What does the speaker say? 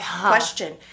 question